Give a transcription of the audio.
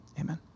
amen